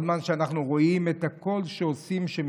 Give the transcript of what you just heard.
כל זמן שאנחנו רואים שעושים את הכול,